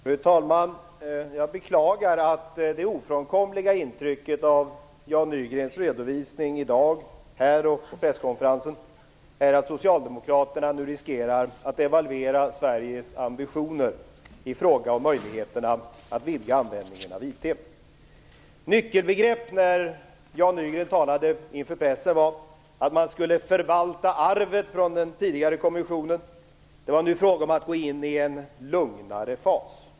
Fru talman! Jag beklagar att det ofrånkomliga intrycket av Jan Nygrens redovisning här i dag och på presskonferensen är att socialdemokraterna nu riskerar att devalvera Sveriges ambitioner när det gäller möjligheterna att vidga användningen av IT. Nyckelbegrepp när Jan Nygren talade inför pressen var att man skulle förvalta arvet från den tidigare kommissionen. Det var nu fråga om att gå in i en lugnare fas.